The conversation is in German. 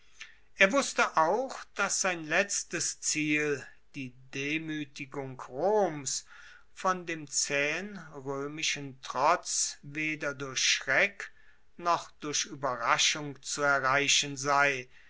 er wusste auch dass sein letztes ziel die demuetigung roms von dem zaehen roemischen trotz weder durch schreck noch durch ueberraschung zu erreichen sei